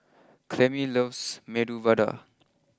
Clemie loves Medu Vada